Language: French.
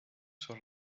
sur